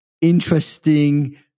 interesting